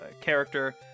character